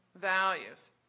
values